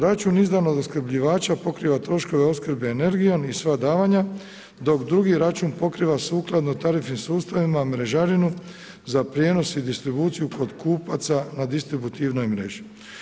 Račun izdan od opskrbljivača pokriva troškove opskrbe energijom i sva davanja, dok drugi račun pokriva sukladno tarifnim sustavima mrežarinu za prijenos i distribuciju kod kupaca na distributivnoj mreži.